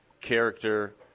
character